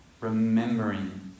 remembering